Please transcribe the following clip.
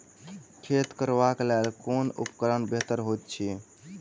खेत कोरबाक लेल केँ उपकरण बेहतर होइत अछि?